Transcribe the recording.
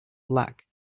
black